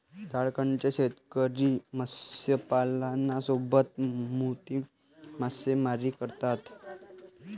झारखंडचे शेतकरी मत्स्यपालनासोबतच मोती मासेमारी करतात